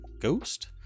Ghost